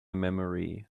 memory